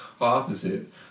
opposite